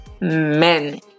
men